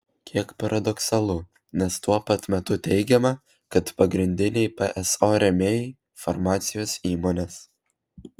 kiek paradoksalu nes tuo pat metu teigiama kad pagrindiniai pso rėmėjai farmacijos įmonės